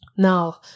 Now